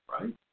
right